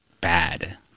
bad